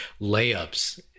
layups